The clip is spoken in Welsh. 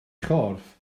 chorff